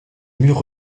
murs